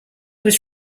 was